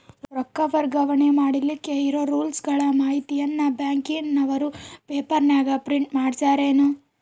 ರೊಕ್ಕ ವರ್ಗಾವಣೆ ಮಾಡಿಲಿಕ್ಕೆ ಇರೋ ರೂಲ್ಸುಗಳ ಮಾಹಿತಿಯನ್ನ ಬ್ಯಾಂಕಿನವರು ಪೇಪರನಾಗ ಪ್ರಿಂಟ್ ಮಾಡಿಸ್ಯಾರೇನು?